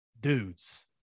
dudes